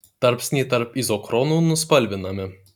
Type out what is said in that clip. tarpsniai tarp izochronų nuspalvinami